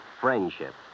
friendship